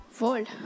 world